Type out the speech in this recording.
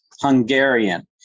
hungarian